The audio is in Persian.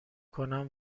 کنم